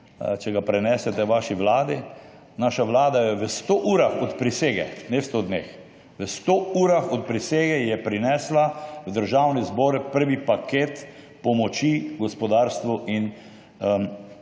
če ga prenesete v svojo vlado – naša vlada je v 100 urah od prisege, ne v 100 dneh, v 100 urah od prisege prinesla v Državni zbor prvi paket pomoči gospodarstvu in